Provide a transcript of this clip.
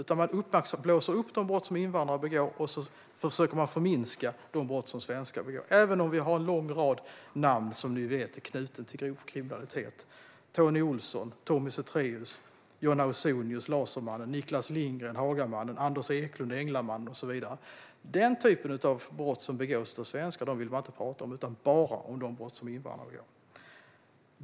Man blåser upp de brott som invandrare begår och försöker förminska de brott som svenskar begår, även om vi har en lång rad namn som vi vet är knutna till grov kriminalitet: Tony Olsson, Tommy Zethraeus, Lasermannen John Ausonius, Hagamannen Niklas Lindgren, Englamannen Anders Eklund och så vidare. Den typ av brott som begås av svenskar vill man inte prata om, utan bara om de brott som invandrare begår.